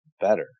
better